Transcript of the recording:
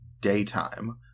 daytime